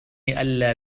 ألا